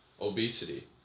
obesity